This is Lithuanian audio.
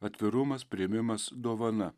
atvirumas priėmimas dovana